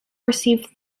received